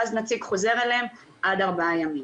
ואז נציג חוזר אליהם עד ארבעה ימים.